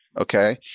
Okay